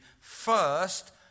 first